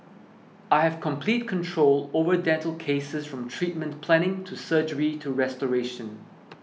I have complete control over dental cases from treatment planning to surgery to restoration